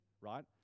right